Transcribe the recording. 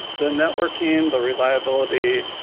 the networking, the reliability,